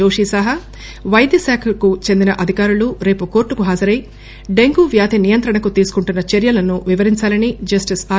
జోషి సహా వైద్య శాఖకు చెందిన అధికారులు రేపు కోర్టుకు హాజరై డెంగ్యూ వ్యాధి నియంత్రణకు తీసుకుంటున్న చర్యలను వివరించాలని జస్టిస్ ఆర్